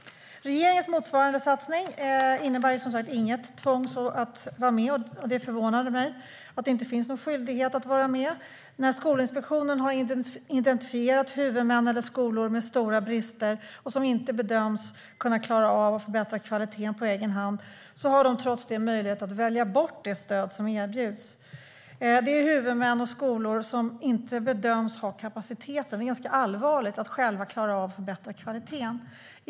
Regeringens motsvarande satsning innebär inget tvång att vara med. Det förvånar mig att det inte finns någon skyldighet att vara med. Där Skolinspektionen har identifierat huvudmän eller skolor med stora brister som inte bedöms klara av att förbättra kvaliteten på egen hand har de trots det möjlighet att välja bort det stöd som erbjuds. Det är huvudmän och skolor som inte bedöms ha kapaciteten. Det är allvarligt att själv klara av att förbättra kvaliteten.